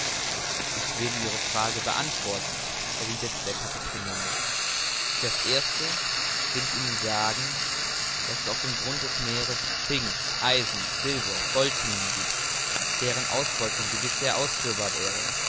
ich will ihre frage beantworten erwiderte der kapitän nemo für's erste will ich ihnen sagen daß es auf dem grund des meeres zink eisen silber gold minen giebt deren ausbeutung gewiß sehr ausführbar wäre